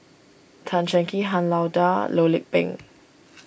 Tan Cheng Kee Han Lao Da Loh Lik Peng